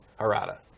Harada